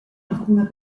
alcuna